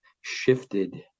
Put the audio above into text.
shifted